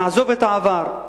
נעזוב את העבר,